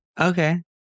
Okay